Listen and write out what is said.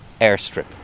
Airstrip